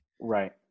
right